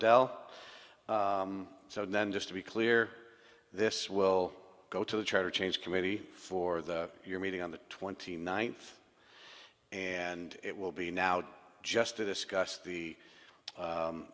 del so then just to be clear this will go to the charter change committee for the your meeting on the twenty ninth and it will be now just to discuss the